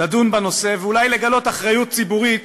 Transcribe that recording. לדון בנושא ואולי לגלות אחריות ציבורית